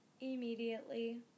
immediately